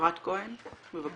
אפרת כהן, בבקשה.